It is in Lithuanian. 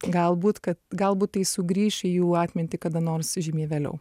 galbūt kad galbūt tai sugrįš į jų atmintį kada nors žymiai vėliau